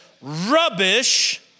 rubbish